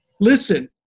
Listen